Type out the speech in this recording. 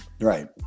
Right